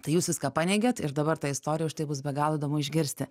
tai jūs viską paneigėt ir dabar tą istoriją už tai bus be galo įdomu išgirsti